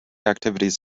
activities